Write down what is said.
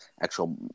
actual